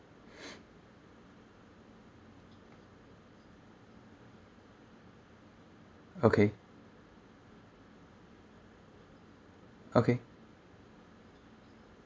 okay okay